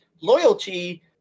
loyalty